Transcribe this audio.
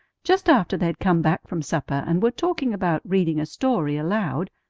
just after they had come back from supper and were talking about reading a story aloud,